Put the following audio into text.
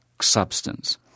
substance